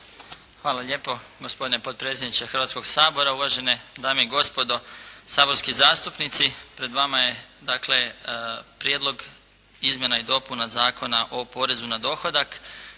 Hvala lijepo gospodine potpredsjedniče Hrvatskoga sabora. Uvažene dame i gospodo saborski zastupnici. Pred vama je dakle Prijedlog izmjena i dopuna Zakona o porezu na dohodak.